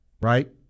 right